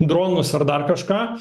dronus ar dar kažką